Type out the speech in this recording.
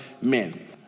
men